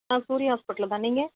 ஆ Surya hospital தான் நீங்கள்